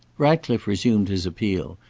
ratcliffe resumed his appeal,